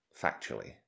factually